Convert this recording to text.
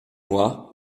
moi